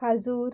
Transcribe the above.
खाजूर